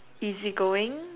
easy going